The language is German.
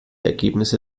ergebnisse